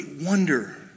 wonder